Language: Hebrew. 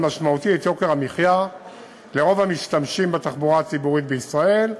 משמעותי את יוקר המחיה לרוב המשתמשים בתחבורה הציבורית בישראל.